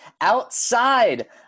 Outside